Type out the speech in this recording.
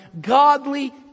godly